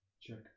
Check